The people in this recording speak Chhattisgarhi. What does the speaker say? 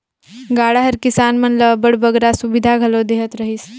गाड़ा हर किसान मन ल अब्बड़ बगरा सुबिधा घलो देहत रहिस